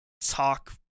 talk